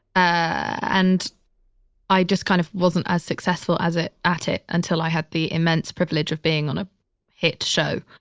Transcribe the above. and i just kind of wasn't as successful as it, at it until i had the immense privilege of being on a hit show,